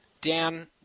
Dan